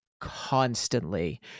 constantly